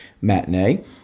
matinee